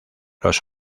los